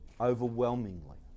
overwhelmingly